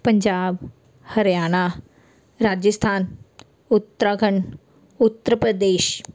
Punjab Haryana Rajasthan Uttarakhand Uttar Pradesh